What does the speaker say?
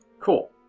Cool